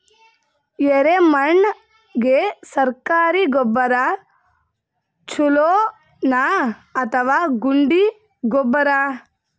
ಎರೆಮಣ್ ಗೆ ಸರ್ಕಾರಿ ಗೊಬ್ಬರ ಛೂಲೊ ನಾ ಅಥವಾ ಗುಂಡಿ ಗೊಬ್ಬರ?